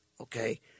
okay